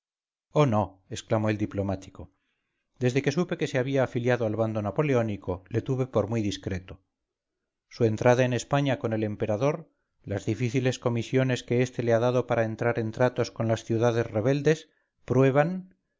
oh no exclamó el diplomático desde que supe que se había afiliado al bando napoleónico le tuve por muy discreto su entrada en españa con el emperador las difíciles comisiones que este le ha dado para entrar en tratos con las ciudades rebeldes prueban